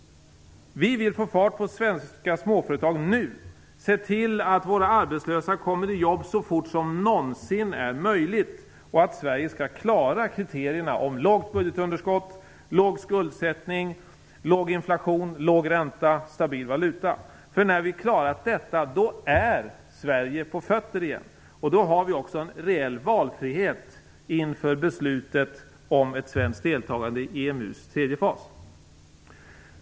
Vi vill få fart på svenska småföretag nu, vi vill se till att våra arbetslösa kommer i jobb så fort som någonsin är möjligt och att Sverige klarar kriterierna om lågt budgetunderskott, låg skuldsättning, låg inflation, låg ränta och stabil valuta. När vi har klarat detta är Sverige på fötter igen, och då har vi också en reell valfrihet inför beslutet om ett svenskt deltagande i EMU:s tredje fas.